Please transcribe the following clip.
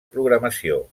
programació